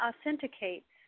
authenticates